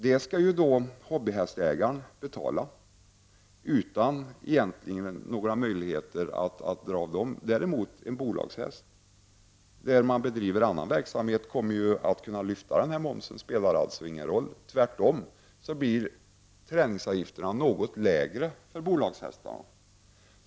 Det skall hobbyhästägaren betala, egentligen utan några möjligheter att dra av. Bolag som äger hästar kommer däremot att kunna lyfta denna moms. För dem spelar det alltså ingen roll. Träningsavgifterna blir tvärtom något lägre för bolagshästarna.